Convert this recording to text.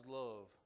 love